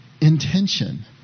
intention